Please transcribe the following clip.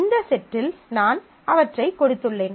இந்த செட்டில் நான் அவற்றைக் கொடுத்துள்ளேன்